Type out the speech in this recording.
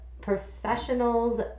professionals